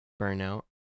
burnout